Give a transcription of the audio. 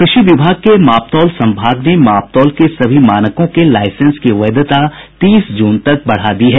कृषि विभाग के माप तौल संभाग ने माप तौल के सभी मानकों के लाईसेंस की वैधता तीस जून तक बढ़ा दी है